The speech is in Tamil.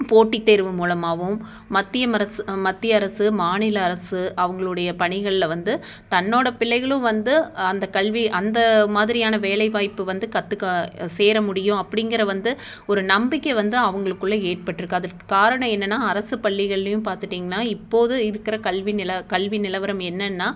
போட்டி தேர்வு மூலமாகவும் மத்திய அரசு மத்திய அரசு மாநில அரசு அவங்களுடைய பணிகளில் வந்து தன்னோடய பிள்ளைகளும் வந்து அந்தக் கல்வி அந்த மாதிரியான வேலைவாய்ப்பு வந்து கற்றுக்க சேர முடியும் அப்டிங்கிற வந்து ஒரு நம்பிக்கை வந்து அவங்களுக்குள்ள ஏற்பட்டிருக்கு அதற்கு காரணம் என்னென்னா அரசுப் பள்ளிகள்லேயும் பார்த்திட்டிங்கனா இப்போது இருக்கிற கல்வி நிலை கல்வி நிலவரம் என்னென்னா